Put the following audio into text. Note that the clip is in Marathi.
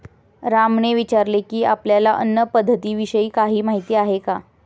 रामने विचारले की, आपल्याला अन्न पद्धतीविषयी काही माहित आहे का?